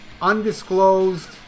Undisclosed